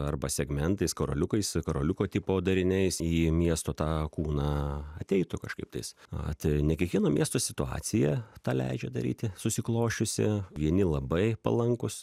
arba segmentais karoliukais karoliuko tipo dariniais į miesto tą kūną ateitų kažkaip tais at ne kiekvieno miesto situacija tą leidžia daryti susiklosčiusi vieni labai palankūs